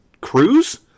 cruise